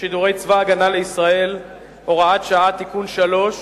שידורי צבא-הגנה לישראל (הוראת שעה) (תיקון מס' 3),